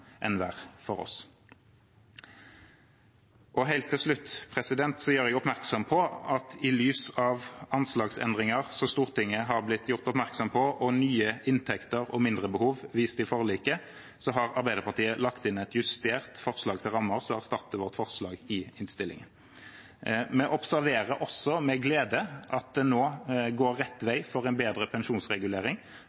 enn hver for oss. Til slutt gjør jeg oppmerksom på at i lys av anslagsendringer som Stortinget har blitt gjort oppmerksom på, og nye inntekter og mindrebehov vist i forliket har Arbeiderpartiet lagt inn et justert forslag til rammer som erstatter vårt forslag i innstillingen. Vi observerer også med glede at det nå går rett